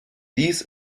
dies